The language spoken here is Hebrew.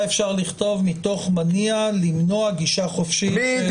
אפשר לכתוב "מתוך מניע למנוע גישה חופשית".